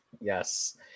Yes